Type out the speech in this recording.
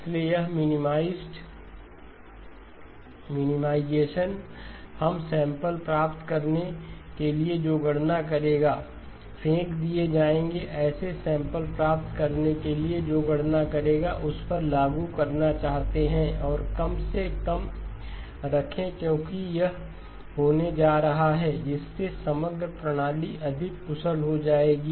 इसलिए यह मिनिमाइजेशन हम सैंपल प्राप्त करने के लिए जो गणना करेगा फेंक दिए जाएंगे ऐसे सैंपल प्राप्त करने के लिए जो गणना करेगा उस पर लागू करना चाहते हैं और उसे कम से कम रखें क्योंकि यह होने जा रहा है जिससे समग्र प्रणाली अधिक कुशल हो जाएगी